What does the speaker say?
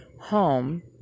home